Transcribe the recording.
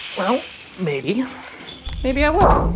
well maybe maybe i will.